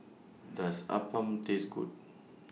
Does Appam Taste Good